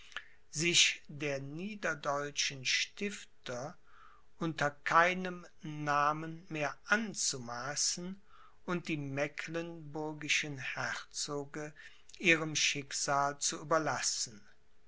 sich der niederdeutschen stifter unter keinem namen mehr anzumaßen und die mecklenburgischen herzoge ihrem schicksal zu überlassen